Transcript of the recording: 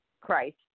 Christ